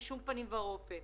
שמעתי כאן